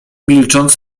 milcząc